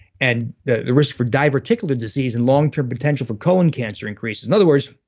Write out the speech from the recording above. and the risk for diverticular disease and long-term potential for colon cancer increases. in other words,